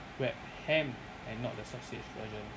wrap ham and not the sausage version